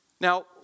Now